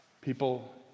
People